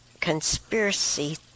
conspiracy